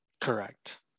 Correct